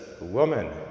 woman